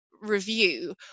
review